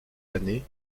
années